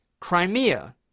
Crimea